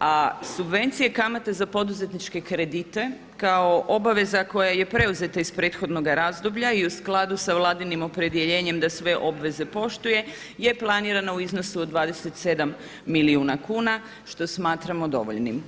a subvencije kamate za poduzetničke kredite kao obaveza koja je preuzeta iz prethodnoga razdoblja i u skladu sa Vladinim opredjeljenjem da sve obveze poštuje je planirana u iznosu od 27 milijuna kuna što smatramo dovoljnim.